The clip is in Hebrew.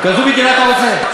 כזו מדינה אתה רוצה?